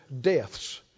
deaths